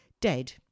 dead